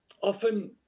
often